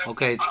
Okay